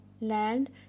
land